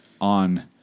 on